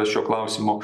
šiuo klausimu